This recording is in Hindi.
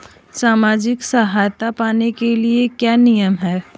सामाजिक सहायता पाने के लिए क्या नियम हैं?